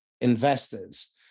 investors